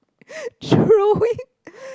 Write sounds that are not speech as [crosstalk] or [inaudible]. [laughs] throwing